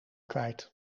kwijt